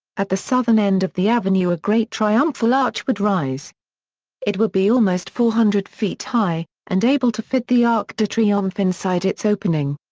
at the southern end of the avenue a great triumphal arch would rise it would be almost four hundred feet high, and able to fit the arc de triomphe inside its opening.